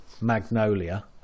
Magnolia